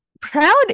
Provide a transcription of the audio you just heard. Proud